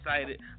excited